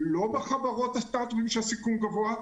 לא בחברות סטארטאפ שבהן הסיכון גבוה,